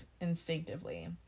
instinctively